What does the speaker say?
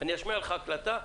אני אשמיע לך הקלטה,